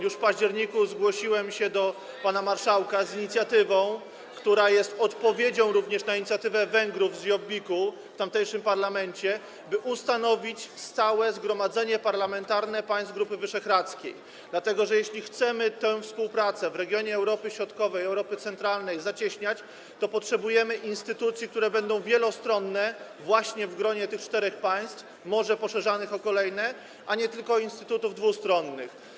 Już w październiku zgłosiłem się do pana marszałka z inicjatywą, która jest odpowiedzią również na inicjatywę Węgrów z Jobbiku z tamtejszego parlamentu, by ustanowić stałe zgromadzenie parlamentarne państw Grupy Wyszehradzkiej, dlatego że jeśli chcemy tę współpracę w regionie Europy Środkowej, Europy centralnej zacieśniać, to potrzebujemy instytucji, które będą miały wielostronny charakter w gronie tych czterech państw, może poszerzanym o kolejne, a nie tylko instytutów dwustronnych.